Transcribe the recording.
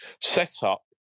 setup